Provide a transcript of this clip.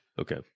Okay